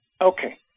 Okay